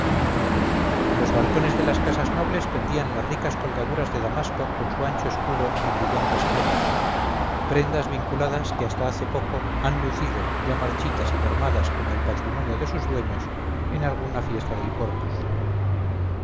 de los balcones de las casas nobles pendían las ricas colgaduras de damasco con su ancho escudo y brillantes flecos prendas vinculadas que hasta hace poco han lucido ya marchitas y mermadas como el patrimonio de sus dueños en alguna fiesta del corpus